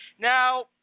Now